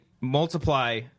multiply –